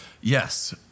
Yes